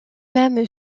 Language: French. même